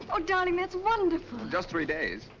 oh, darling, that's wonderful. just three days.